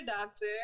doctor